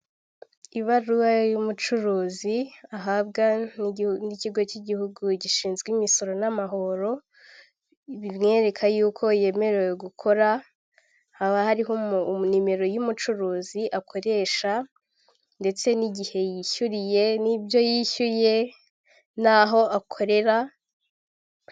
Ibaruwa y'ubucuruzi ahabwa n'ikigo cy'igihugu gishinzwe imisoro n'amahoro bimwereka yuko yemerewe gukora, haba hariho nimero y'umucuruzi akoresha ndetse n'igihe yishyuriye n'ibyo yishyuye n'aho akorera.